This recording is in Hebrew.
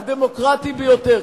הדמוקרטי ביותר,